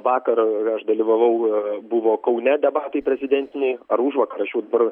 vakar aš dalyvavau buvo kaune debatai prezidentiniai ar užvakar aš jau dabar